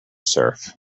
surf